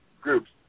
groups